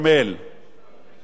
משום מה, אדוני היושב-ראש,